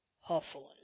hustling